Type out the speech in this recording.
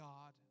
God